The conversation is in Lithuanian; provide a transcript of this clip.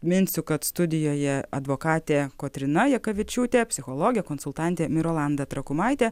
minsiu kad studijoje advokatė kotryna jakavičiūtė psichologė konsultantė mirolanda trakumaitė